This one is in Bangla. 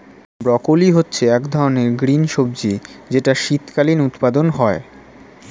ব্রকোলি হচ্ছে এক ধরনের গ্রিন সবজি যেটার শীতকালীন উৎপাদন হয়ে